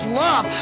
love